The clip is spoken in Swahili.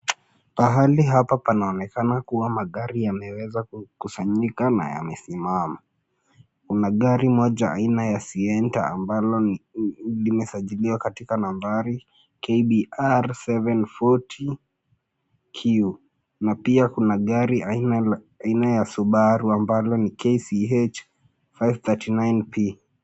Pahali hapa panaonekana kuwa magari yameweza kusanyika na yamesimama. Kuna gari moja aina ya Sienta ambalo limesajiliwa katika nambari KBR 740Q na pia kuna gari aina ya Subaru ambalo ni KCH 539P.